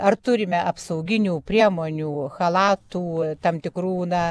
ar turime apsauginių priemonių chalatų tam tikrų na